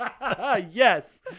Yes